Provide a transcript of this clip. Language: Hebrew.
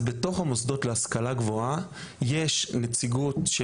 בתוך המוסדות להשכלה גבוהה יש נציגות,